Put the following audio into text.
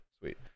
sweet